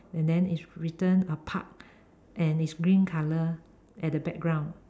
and then is written a Park and its green color at the background